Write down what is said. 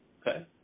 Okay